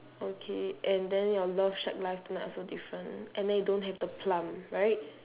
okay and then your love shack live tonight also different and then you don't have the plum right